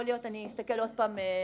אני אסתכל שוב.